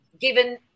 given